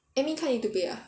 admin card need to pay ah